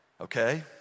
Okay